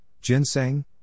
ginseng